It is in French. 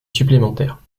supplémentaires